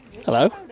Hello